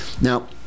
Now